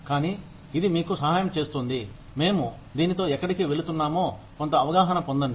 కానీ ఇది మీకు సహాయం చేస్తుంది మేము దీనితో ఎక్కడికి వెళుతున్నామో కొంత అవగాహన పొందండి